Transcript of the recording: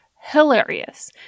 hilarious